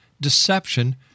deception